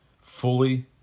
fully